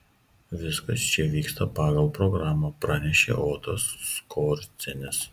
viskas čia vyksta pagal programą pranešė otas skorcenis